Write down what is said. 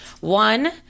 One